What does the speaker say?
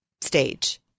stage